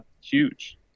huge